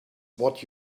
what